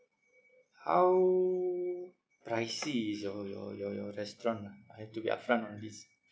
how pricy is your your your your restaurant ah I have to be upfront on this